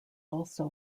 also